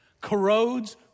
corrodes